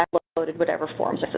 uploaded whatever forms s